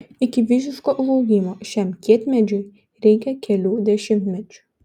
iki visiško užaugimo šiam kietmedžiui reikia kelių dešimtmečių